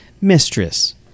mistress